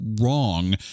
wrong